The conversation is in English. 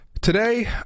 Today